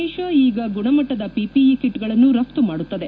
ದೇಶ ಈಗ ಗುಣಮಟ್ಟದ ಪಿಪಿಇ ಕಿಟ್ಗಳನ್ನು ರಘ್ತು ಮಾಡುತ್ತದೆ